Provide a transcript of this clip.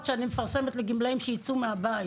שאני מפרסמת עבור גמלאים שיצאו מהבית.